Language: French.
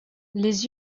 les